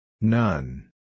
None